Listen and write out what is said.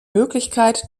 möglichkeit